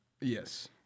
Yes